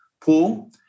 pool